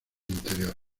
interior